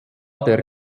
der